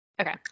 Okay